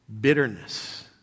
bitterness